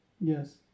Yes